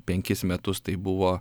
penkis metus tai buvo